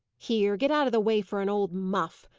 here! get out of the way for an old muff!